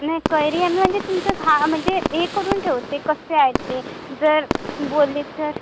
नाही कैरी आंबे म्हणजे तुमचं घा म्हणजे हे करून ठेवते कसे आहेत ते जर बोलले तर